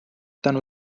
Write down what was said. tänu